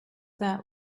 that